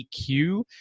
EQ